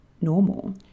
normal